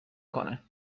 کنه